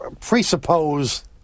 presuppose